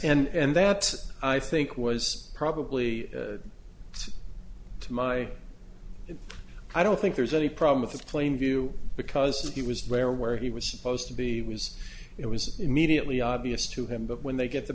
and that i think was probably my i don't think there's any problem with the plain view because if he was there where he was supposed to be was it was immediately obvious to him but when they get the